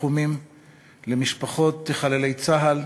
תנחומים למשפחות חללי צה"ל,